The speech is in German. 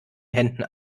händen